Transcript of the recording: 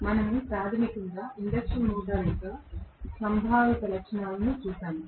మనము ప్రాథమికంగా induction motor యొక్క సంభావిత లక్షణాలను చూశాము